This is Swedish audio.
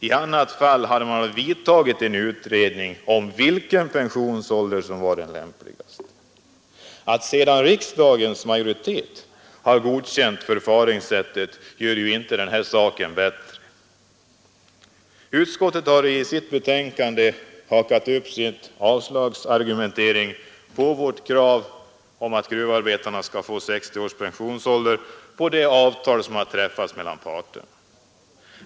I annat fall hade man företagit en utredning om vilken pensionsålder som var den lämpligaste. Att riksdagens majoritet har godkänt förfaringssättet gör inte saken bättre. Utskottet har i sitt betänkande hakat upp sin avslagsargumentering mot vårt krav att gruvarbetarna skall få pension vid 60 år på det avtal som träffats mellan parterna.